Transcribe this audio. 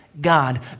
God